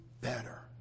better